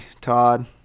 Todd